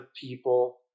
people